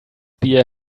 beer